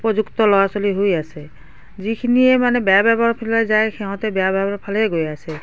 উপযুক্ত ল'ৰা ছোৱালী হৈ আছে যিখিনিয়ে মানে বেয়া বেবৰ ফালে যায় সিঁহতে বেয়া ব্যৱহাৰৰ ফালে গৈ আছে